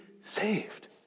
saved